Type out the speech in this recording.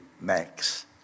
Max